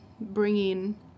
bringing